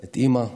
את אימא.